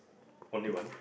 only one